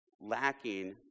lacking